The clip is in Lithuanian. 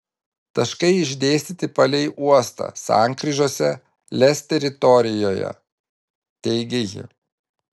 taškai išdėstyti palei uostą sankryžose lez teritorijoje teigė ji